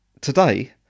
today